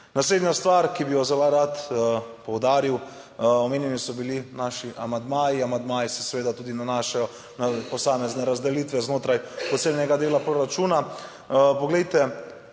Naslednja stvar, ki bi jo zelo rad poudaril, omenjeni so bili naši amandmaji, amandmaji se seveda tudi nanašajo na posamezne razdelitve znotraj posebnega dela proračuna. Poglejte,